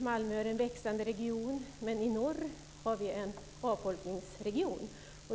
Malmö är en växande region, men i norr är det en avfolkningsregion.